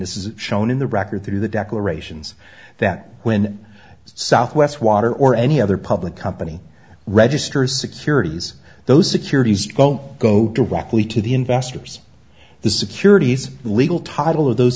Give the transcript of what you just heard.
this is shown in the record through the declarations that when southwest water or any other public company registers securities those securities don't go directly to the investors the securities the legal title of those